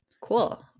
Cool